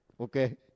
okay